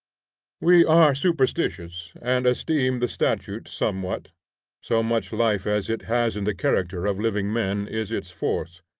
we are superstitious, and esteem the statute somewhat so much life as it has in the character of living men is its force.